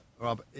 Rob